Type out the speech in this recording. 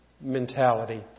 mentality